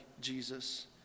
Jesus